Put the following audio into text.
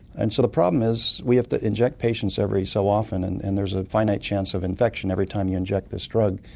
and so the problem is we have to inject patients every so often and and there's a finite chance of infection every time you inject this drug,